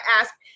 ask